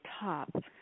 top